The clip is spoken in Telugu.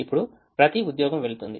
ఇప్పుడు ప్రతి ఉద్యోగం వెళ్తుంది